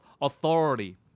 authority